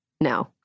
No